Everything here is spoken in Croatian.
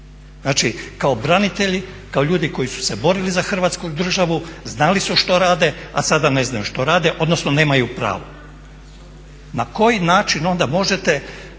Znači, kao branitelji, kao ljudi koji su se borili za Hrvatsku državu znali su što rade, a sada ne znaju što rade odnosno nemaju pravo. Na koji način onda možete